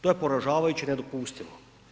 To je poražavajuće i nedopustivo.